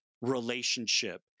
relationship